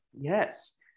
yes